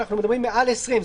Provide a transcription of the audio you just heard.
אנחנו מדברים מעל 20,